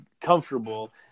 comfortable